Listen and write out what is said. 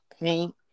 paint